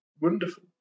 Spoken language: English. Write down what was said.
wonderful